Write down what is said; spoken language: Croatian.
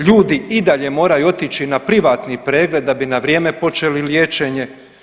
Ljudi i dalje moraju otići na privatni pregled da bi na vrijeme počeli liječenje.